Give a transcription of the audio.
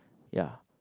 ya